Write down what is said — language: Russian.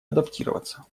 адаптироваться